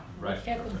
Right